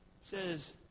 says